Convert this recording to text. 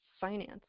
finance